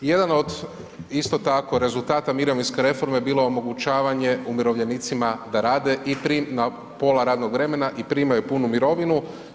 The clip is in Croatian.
Jedan od isto tako rezultata mirovinske reforme bilo je omogućavanje umirovljenicima da rade na pola radnog vremena i primaju punu mirovinu.